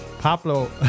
Pablo